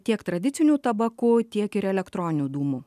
tiek tradiciniu tabaku tiek ir elektroniniu dūmu